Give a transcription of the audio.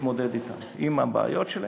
ותתמודד אתם, עם הבעיות שלהם.